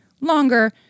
longer